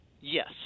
Yes